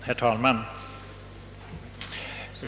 Herr talman!